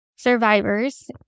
survivors